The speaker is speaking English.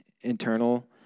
Internal